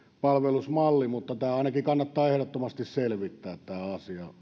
palvelusmalli mutta ainakin kannattaa ehdottomasti selvittää tämä asia